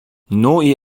نوعی